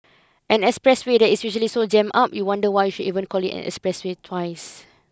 an expressway that is usually so jammed up you wonder why should you even call it an expressway twice